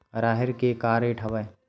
राहेर के का रेट हवय?